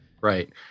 Right